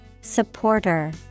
Supporter